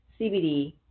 CBD